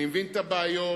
אני מבין את הבעיות,